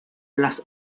las